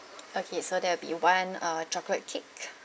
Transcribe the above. okay so that will be one uh chocolate cake